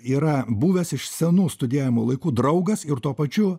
yra buvęs iš senų studijavimo laikų draugas ir tuo pačiu